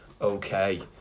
okay